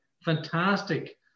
fantastic